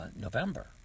November